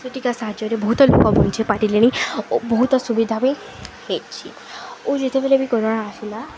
ସେ ଟୀକା ସାହାଯ୍ୟରେ ବହୁତ ଲୋକ ବଞ୍ଚିପାରିଲେଣି ଓ ବହୁତ ସୁବିଧା ବି ହେଇଛି ଓ ଯେତେବେଲେ ବି କରୋଣା ଆସିଲା